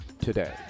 today